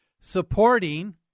supporting